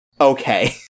okay